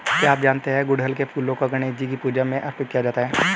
क्या आप जानते है गुड़हल के फूलों को गणेशजी की पूजा में अर्पित किया जाता है?